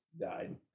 died